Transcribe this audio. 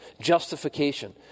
Justification